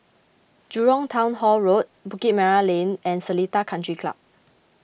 Jurong Town Hall Road Bukit Merah Lane and Seletar Country Club